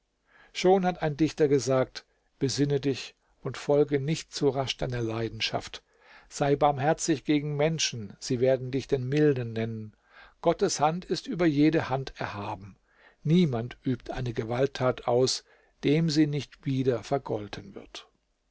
schon hat ein dichter gesagt besinne dich und folge nicht zu rasch deiner leidenschaft sei barmherzig gegen menschen sie werden dich den milden nennen gottes hand ist über jede hand erhaben niemand übt eine gewalttat aus dem sie nicht wieder vergolten wird